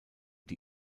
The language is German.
die